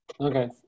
Okay